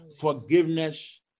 Forgiveness